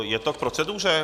Je to k proceduře?